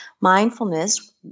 mindfulness